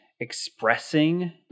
expressing